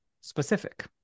specific